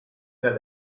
eran